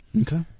Okay